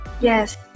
Yes